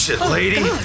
lady